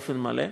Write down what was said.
באופן מלא,